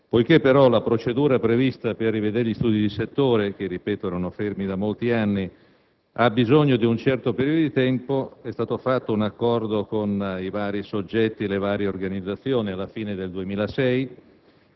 Poiché però la procedura prevista per rivedere gli studi di settore (che, ripeto, erano fermi da molti anni) ha bisogno di un certo periodo di tempo, è stato fatto un accordo con i vari soggetti e le varie organizzazioni alla fine del 2006.